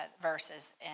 verses